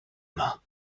main